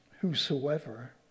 whosoever